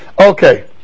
Okay